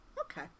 Okay